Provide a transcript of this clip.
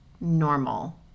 normal